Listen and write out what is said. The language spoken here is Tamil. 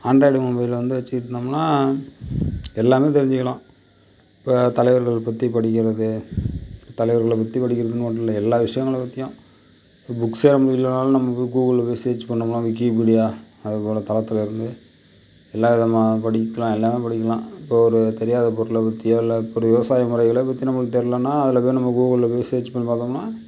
ஆண்ட்ராய்டு மொபைல் வந்து வச்சிக்கிட்டோம்னா எல்லாம் தெரிஞ்சிக்கலாம் இப்போ தலைவர்களைப் பற்றி படிக்கிறது தலைவர்களப் பற்றி படிக்கிறது மட்டும் இல்லை எல்லா விஷ்யங்களைப் பற்றியும் புக்ஸே ரொம்ப இல்லைனாலும் நம்ம போய் கூகுளில் போய் சர்ச் பண்ணோம்னா விக்கிப்பிடியா அதுபோல் தளத்தில இருந்து எல்லாவிதமா படிக்கலாம் எல்லாம் படிக்கலாம் இப்போ ஒரு தெரியாதப் பொருளைப் பற்றியோ இல்லை இப்படி விவசாய முறைகளைப் பற்றி நமக்குத் தெரிலனா அதில் போய் நம்ம கூகுளில் போய் சர்ச் பண்ணிப் பாத்தோம்னா